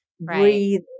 breathe